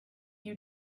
you